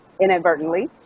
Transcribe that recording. inadvertently